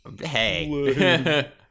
Hey